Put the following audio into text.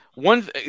One